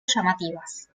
llamativas